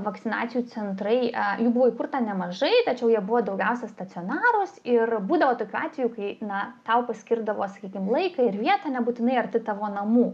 vakcinacijų centrai jų buvo įkurta nemažai tačiau jie buvo daugiausiai stacionarūs ir būdavo tokių atvejų kai na tau paskirdavo sakykim laiką ir vietą nebūtinai arti tavo namų